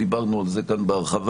דיברנו על זה כאן בהרחבה.